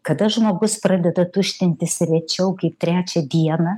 kada žmogus pradeda tuštintis rečiau kaip trečią dieną